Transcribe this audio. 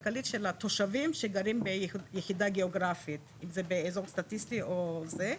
כלכלית של התושבים שגרים ביחידה גיאוגרפית זה באזור סטטיסטי או זה,